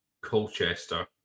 Colchester